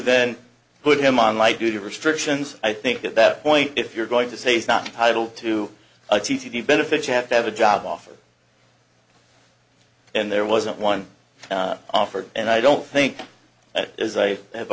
then put him on light duty restrictions i think at that point if you're going to say snotty title to a t v benefit you have to have a job offer and there wasn't one offered and i don't think it is i have